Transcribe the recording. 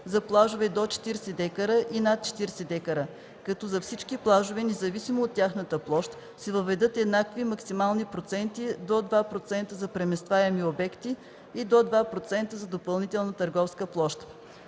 за плажове до 40 дка и над 40 дка, като за всички плажове, независимо от тяхната площ, се въведат еднакви максимални проценти – до 2% за преместваеми обекти и до 2% за допълнителна търговска площ.